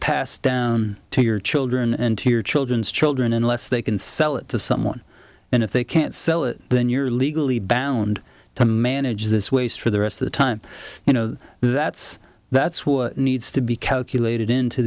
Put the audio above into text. passed down to your children and to your children's children unless they can sell it to someone and if they can't sell it then you're legally bound to manage this waste for the rest of the time you know that's that's what needs to be calculated into